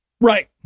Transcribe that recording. Right